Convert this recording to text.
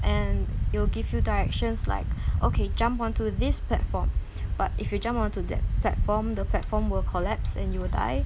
and it'll give you directions like okay jump onto this platform but if you jump onto that platform the platform will collapse and you will die